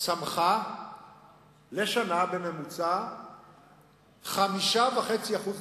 צמחה בשנה בממוצע 5.5% לנפש,